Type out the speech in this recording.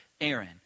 Aaron